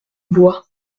bois